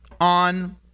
on